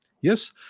Yes